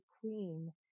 queen